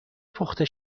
پخته